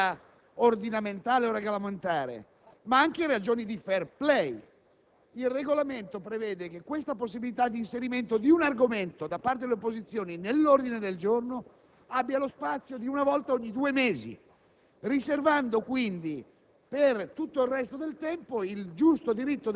Quindi, credo debbano soccorrere non solo ragioni di natura ordinamentale o regolamentare, ma anche ragione di *fair play*. Il Regolamento prevede che la possibilità di inserimento di un argomento nell'ordine del giorno da parte dell'opposizione abbia lo spazio di una volta ogni due mesi,